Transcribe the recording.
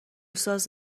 ساز